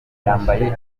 yambaye